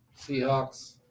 Seahawks